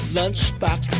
lunchbox